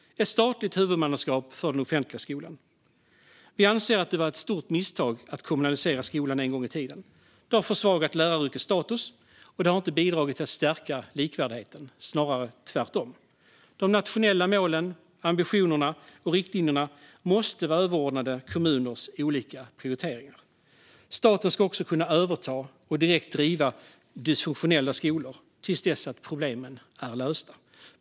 Vi anser att det var ett stort misstag att kommunalisera skolan en gång i tiden. Det har försvagat läraryrkets status, och det har inte bidragit till att stärka likvärdigheten, snarare tvärtom. De nationella målen, ambitionerna och riktlinjerna måste vara överordnade kommuners olika prioriteringar. Staten ska också kunna överta och direkt driva dysfunktionella skolor till dess att problemen är lösta.